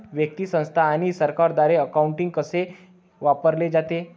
व्यक्ती, संस्था आणि सरकारद्वारे अकाउंटिंग कसे वापरले जाते